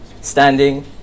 standing